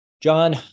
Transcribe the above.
John